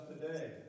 today